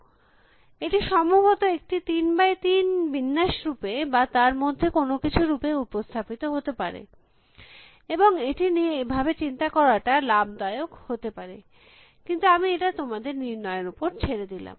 সুতরাং এটি সম্ভবতঃ একটি 33 বিন্যাস রূপে বা তার মধ্যে কোনো কিছু রূপে উপস্থাপিত হতে পারে এবং এটি নিয়ে এভাবে চিন্তা করাটা লাভ দায়ক হতে পারে কিন্তু আমি এটা তোমাদের নির্ণয়ের উপর ছেড়ে দিলাম